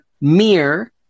mirror